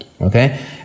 Okay